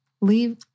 Leave